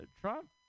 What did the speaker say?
trump